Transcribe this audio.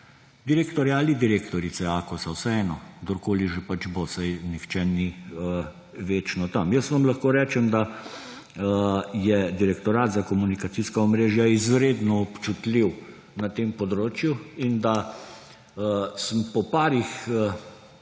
direktorja ali direktorice Akosa, vseeno, kdorkoli že pač bo, saj nihče ni večno tam. Lahko vam rečem, da je Direktorat za komunikacijska omrežja izredno občutljiv na tem področju in da sem po parih